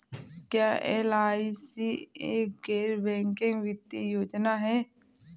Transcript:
क्या एल.आई.सी एक गैर बैंकिंग वित्तीय योजना है?